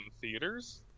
theaters